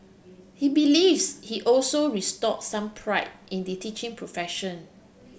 he believes he also restore some pride in the teaching profession